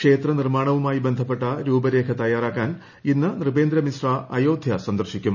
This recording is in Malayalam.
ക്ഷേത്ര നിർമ്മാണവുമായി ബന്ധപ്പെട്ട രൂപരേഖ തയ്യാറാക്കാൻ ഇന്ന് നൃപേന്ദ്ര മിശ്ര അയോധ്യ സന്ദർശിക്കും